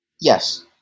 Yes